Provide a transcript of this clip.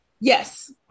yes